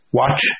watch